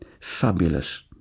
Fabulous